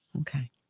Okay